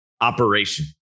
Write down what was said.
operation